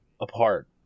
apart